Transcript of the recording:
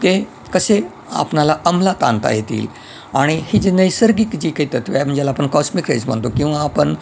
ते कसे आपणाला अंमलात आणता येतील आणि हे जे नैसर्गिक जी काही तत्व आहे म्हणजे ज्याला आपण कॉस्मिक रेज म्हणतो किंवा आपण